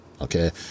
Okay